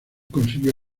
consiguió